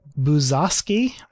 Buzoski